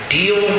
deal